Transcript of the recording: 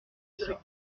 rsa